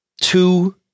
two